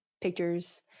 pictures